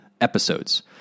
episodes